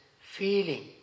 feeling